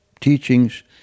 teachings